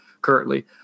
currently